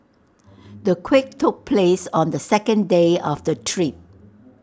the quake took place on the second day of the trip